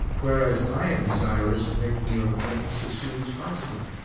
whereas i am desirous of making your acquaintance as soon as possible.